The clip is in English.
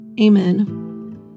Amen